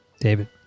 David